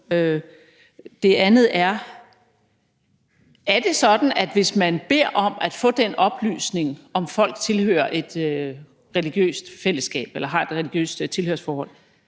Det andet er: Hvis man beder om at få den oplysning, om folk tilhører et religiøst fællesskab eller har et religiøst tilhørsforhold,